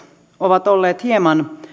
ovat olleet hieman